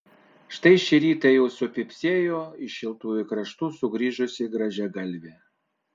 štai šį rytą jau supypsėjo iš šiltųjų kraštų sugrįžusi grąžiagalvė